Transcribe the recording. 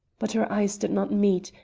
but our eyes did not meet,